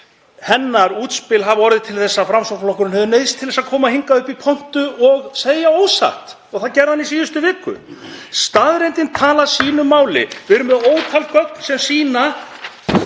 Hennar útspil hefur orðið til þess að Framsóknarflokkurinn hefur neyðst til að koma hingað upp í pontu og segja ósatt og það gerði hann í síðustu viku. Staðreyndir tala sínu máli. Við erum með ótal gögn sem sýna